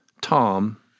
Tom